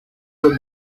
all